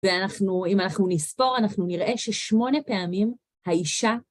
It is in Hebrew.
ואנחנו, אם אנחנו נספור, אנחנו נראה ששמונה פעמים האישה...